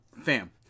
Fam